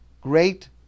great